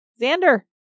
Xander